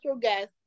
guest